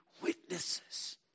witnesses